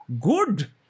Good